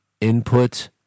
input